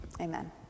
Amen